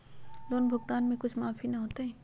Loan भुगतान में कुछ माफी न होतई?